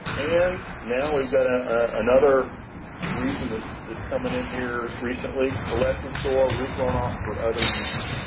and now we've got ah another reason that's coming in here recently, collect and store roof runoff for other uses.